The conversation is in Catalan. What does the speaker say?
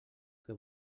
que